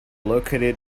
located